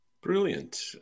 brilliant